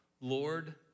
Lord